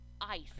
ice